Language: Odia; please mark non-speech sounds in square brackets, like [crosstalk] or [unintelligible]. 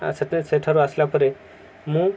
ଆଉ [unintelligible] ସେଠାରୁ ଆସିଲା ପରେ ମୁଁ